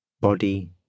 Body